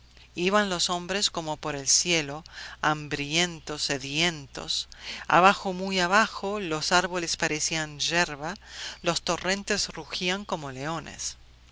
iban los hombres como por el cielo hambrientos sedientos abajo muy abajo los árboles parecían yerba los torrentes rugían como leones